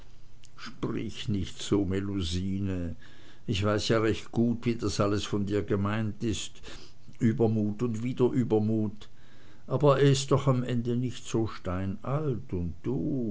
sprich nicht so melusine ich weiß ja recht gut wie das alles von dir gemeint ist übermut und wieder übermut aber er ist doch am ende noch nicht so steinalt und du